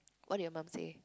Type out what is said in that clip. what did your mum say